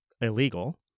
Illegal